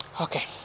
Okay